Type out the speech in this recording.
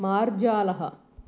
मार्जालः